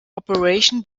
operation